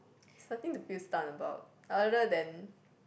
there's nothing to feel stunned about other than